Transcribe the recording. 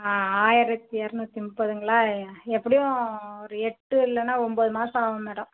ஆயிரத்தி இரநூத்தி முப்பதுங்களா எப்படியும் ஒரு எட்டு இல்லைன்னா ஒன்போது மாதம் ஆகும் மேடம்